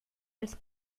als